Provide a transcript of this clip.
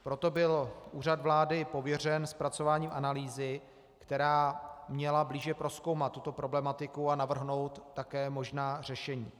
Proto byl Úřad vlády pověřen zpracováním analýzy, která měla blíže prozkoumat tuto problematiku a navrhnout také možná řešení.